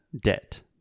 Debt